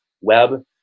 web